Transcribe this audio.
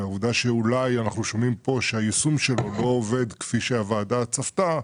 אם היישום שלו לא עובד כפי שהוועדה ציפתה,